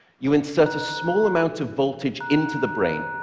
you insert a small amount of voltage into the brain,